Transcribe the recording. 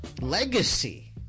legacy